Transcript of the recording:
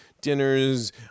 dinners